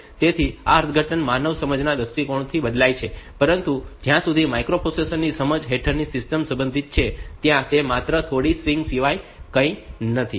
તેથી આ અર્થઘટન માનવ સમજના દૃષ્ટિકોણથી બદલાય છે પરંતુ જ્યાં સુધી માઇક્રોપ્રોસેસર ની સમજ હેઠળની સિસ્ટમ સંબંધિત છે ત્યાં તે માત્ર થોડી સ્ટ્રિંગ સિવાય કંઈ નથી